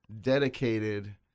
dedicated